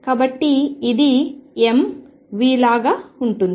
కాబట్టి ఇది m v లాగా ఉంటుంది